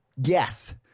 yes